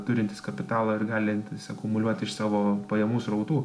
turintys kapitalo ir galintys akumuliuoti iš savo pajamų srautų